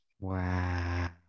Wow